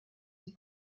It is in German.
die